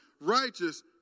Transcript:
righteous